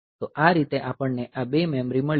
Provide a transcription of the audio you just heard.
તો આ રીતે આપણને આ બે મેમરી મળી છે